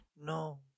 No